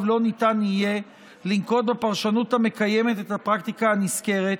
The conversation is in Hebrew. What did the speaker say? לא ניתן יהיה לנקוט את הפרשנות המקיימת את הפרקטיקה הנזכרת,